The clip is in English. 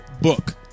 book